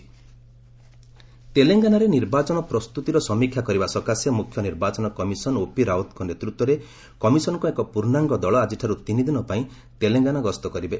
EC Telangana ତେଲେଙ୍ଗାନାରେ ନିର୍ବାଚନ ପ୍ରସ୍ତୁତର ସମୀକ୍ଷା କରିବା ସକାଶେ ମୁଖ୍ୟ ନିର୍ବାଚନ କମିଶନ ଓପି ରାଓ୍ୱତଙ୍କ ନେତୃତ୍ୱରେ କମିଶନଙ୍କ ପୂର୍ଣ୍ଣାଙ୍ଗ ଦଳ ଆକିଠାରୁ ତିନିଦିନ ପାଇଁ ସେ ତେଲେଙ୍ଗାନା ଗସ୍ତ କରିବେ